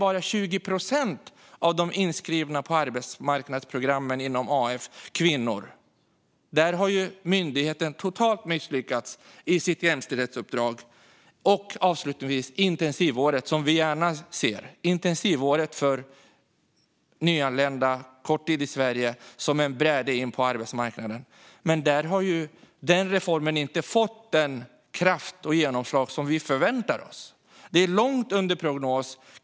Bara 20 procent av dem som är inskrivna på arbetsmarknadsprogrammen inom Arbetsförmedlingen är kvinnor. Där har myndigheten misslyckats totalt i sitt jämställdhetsuppdrag. Avslutningsvis när det gäller intensivåret för nyanlända - för dem som varit kort tid i Sverige - som en väg in på arbetsmarknaden har den reformen inte fått den kraft och det genomslag som vi förväntat oss. Det är långt under prognos.